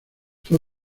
fue